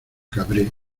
cabré